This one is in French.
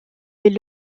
est